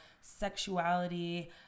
sexuality